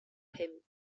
pimp